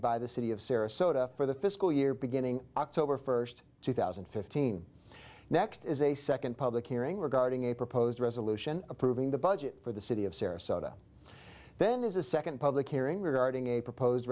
by the city of sarasota for the fiscal year beginning october first two thousand and fifteen next is a second public hearing regarding a proposed resolution approving the budget for the city of sarasota then as a second public